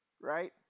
right